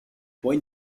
when